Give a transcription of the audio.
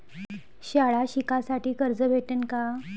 शाळा शिकासाठी कर्ज भेटन का?